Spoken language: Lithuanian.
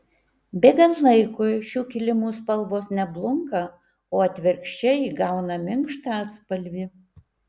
bėgant laikui šių kilimų spalvos ne blunka o atvirkščiai įgauna minkštą atspalvį